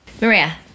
Maria